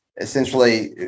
essentially